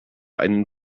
einen